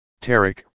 Tarek